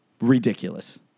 Ridiculous